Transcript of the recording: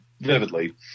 vividly